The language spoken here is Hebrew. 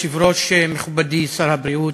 אדוני היושב-ראש, מכובדי שר הבריאות,